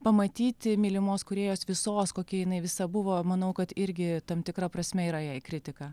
pamatyti mylimos kūrėjos visos kokia jinai visa buvo manau kad irgi tam tikra prasme yra jai kritika